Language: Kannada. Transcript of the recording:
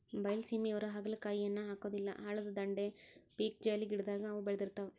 ಬೈಲಸೇಮಿಯವ್ರು ಹಾಗಲಕಾಯಿಯನ್ನಾ ಹಾಕುದಿಲ್ಲಾ ಹಳ್ಳದ ದಂಡಿ, ಪೇಕ್ಜಾಲಿ ಗಿಡದಾಗ ಅವ ಬೇಳದಿರ್ತಾವ